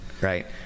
right